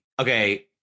okay